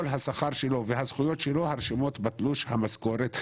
השכר שלו והזכויות שלו שרשומות בתלוש המשכורת,